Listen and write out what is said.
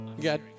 God